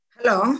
Hello